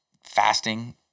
fasting